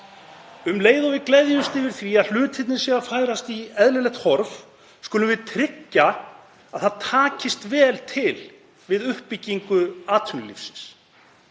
Um leið og við gleðjumst yfir því að hlutirnir séu að færast í eðlilegt horf skulum við tryggja að það takist vel til við uppbyggingu atvinnulífsins,